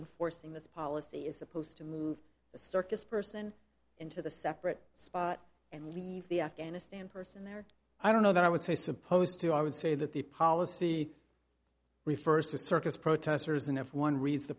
enforcing this policy is supposed to move the starkest person into the separate spot and leave the afghanistan person there i don't know that i would say supposed to i would say that the policy refers to circus protesters and if one reads the